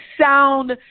sound